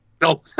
No